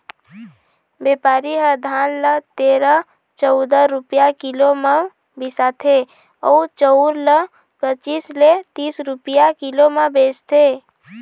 बेपारी ह धान ल तेरा, चउदा रूपिया किलो म बिसाथे अउ चउर ल पचीस ले तीस रूपिया किलो म बेचथे